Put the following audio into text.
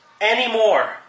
anymore